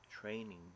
training